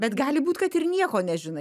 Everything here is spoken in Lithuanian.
bet gali būt kad ir nieko nežinai